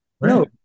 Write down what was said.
No